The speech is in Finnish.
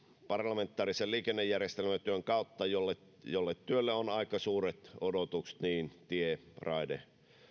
parlamentaarisen liikennejärjestelmätyön kautta jolle jolle työlle on aika suuret odotukset niin tie raide